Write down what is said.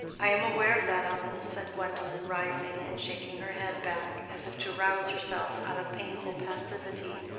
i am aware of that, uncle, said gwendolen, rising and shaking her head back, as if to rouse herself out of painful passivity.